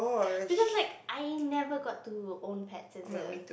because like I never got to own pets as a